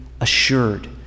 assured